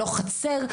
לא חצר,